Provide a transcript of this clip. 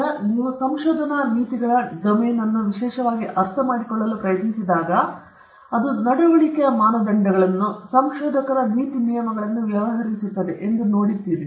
ಈಗ ನೀವು ಸಂಶೋಧನಾ ನೀತಿಗಳ ಡೊಮೇನ್ ಅನ್ನು ವಿಶೇಷವಾಗಿ ಅರ್ಥಮಾಡಿಕೊಳ್ಳಲು ಪ್ರಯತ್ನಿಸಿದಾಗ ಅದು ನಡವಳಿಕೆಯ ಮಾನದಂಡಗಳನ್ನು ಸಂಶೋಧಕರ ನೀತಿ ನಿಯಮಗಳನ್ನು ವ್ಯವಹರಿಸುತ್ತದೆ ಎಂದು ನಾವು ನೋಡಬಹುದು